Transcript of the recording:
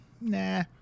Nah